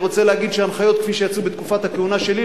אני רוצה להגיד שהנחיות כפי שיצאו בתקופת הכהונה שלי,